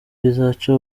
bizaca